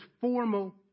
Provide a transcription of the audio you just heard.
formal